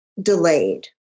delayed